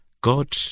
God